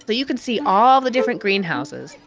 but you can see all the different greenhouses.